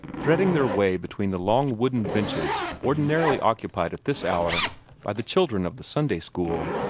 threading their way between the long wooden benches ordinarily occupied at this hour by the children of the sunday-school,